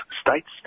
states